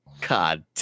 God